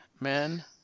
men